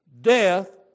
death